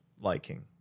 liking